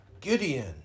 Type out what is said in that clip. Gideon